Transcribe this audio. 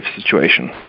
situation